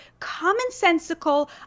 commonsensical